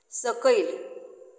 सकयल